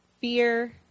fear